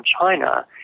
China